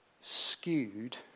skewed